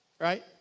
Right